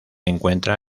encuentra